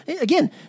Again